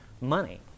money